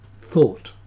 thought